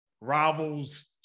Rivals